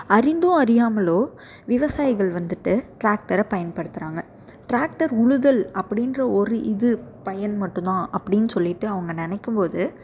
அறிந்தும் அறியாமல் விவசாயிகள் வந்துட்டு டிராக்டரை பயன்படுத்துகிறாங்க டிராக்டர் உழுதல் அப்படின்ற ஒரு இது பயன் மட்டும்தான் அப்படின்னு சொல்லிகிட்டு அவங்க நினைக்கும் போது